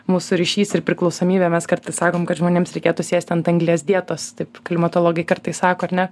mūsų ryšys ir priklausomybė mes kartais sakom kad žmonėms reikėtų sėsti ant anglies dietos taip klimatologai kartais sako ar ne